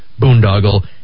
boondoggle